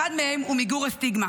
אחת מהן הוא מיגור הסטיגמה,